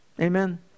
amen